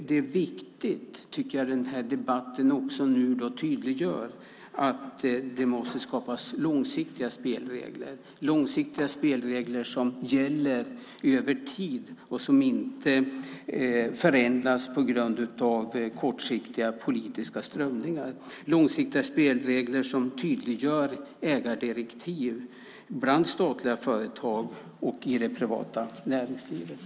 Det är viktigt att den här debatten tydliggör att det måste skapas långsiktiga spelregler som gäller över tid och som inte förändras på grund av kortsiktiga politiska strömningar. Det ska vara långsiktiga spelregler som tydliggör ägardirektiv bland statliga företag och i det privata näringslivet.